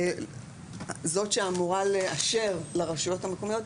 זאת שאמורה לאשר לרשויות המקומיות,